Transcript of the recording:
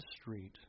street